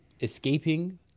escaping